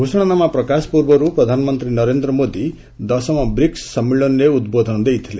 ଘୋଷଣାନାମା ପ୍ରକାଶ ପୂର୍ବରୁ ପ୍ରଧାନମନ୍ତ୍ରୀ ନରେନ୍ଦ୍ର ମୋଦି ଦଶମ ବ୍ରିକ୍ସ ସମ୍ମିଳନୀରେ ଉଦ୍ବୋଧନ ଦେଇଥିଲେ